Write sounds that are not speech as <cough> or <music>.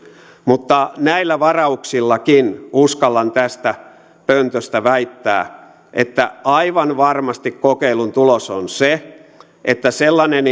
mutta näillä varauksillakin uskallan tästä pöntöstä väittää että aivan varmasti kokeilun tulos on se että sellainen <unintelligible>